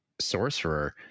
Sorcerer